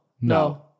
No